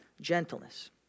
gentleness